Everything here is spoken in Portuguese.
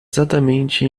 exatamente